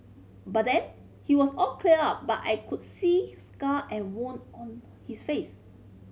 by then he was all clear up but I could still see scar and wound on his face